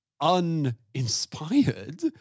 uninspired